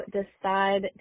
decide